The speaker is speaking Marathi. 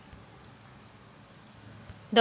दर महिन्याले बिमा भरता येते का?